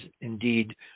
indeed